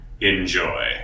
Enjoy